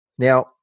Now